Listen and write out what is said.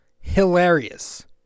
hilarious